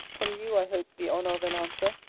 from you i hope the honour of an answer.